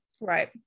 Right